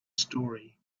story